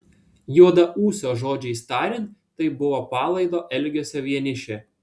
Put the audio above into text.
juodaūsio žodžiais tariant tai buvo palaido elgesio vienišė